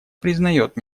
признает